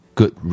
good